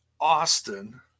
Austin